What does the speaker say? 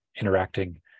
interacting